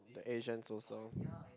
the Asians also